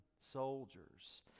soldiers